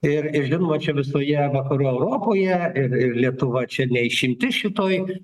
ir ir žinoma čia visoje vakarų europoje ir lietuva čia ne išimtis šitoj